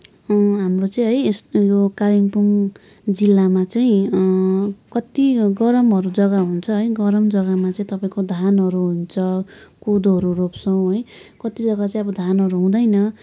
हाम्रो चाहिँ है यस यो कालिम्पोङ जिल्लामा चाहिँ कति गरमहरू जग्गा हुन्छ है गरम जग्गामा चाहिँ तपाईँको धानहरू हुन्छ कोदोहरू रोप्छौँ है कति जग्गा चाहिँ अब धानहरू हुँदैन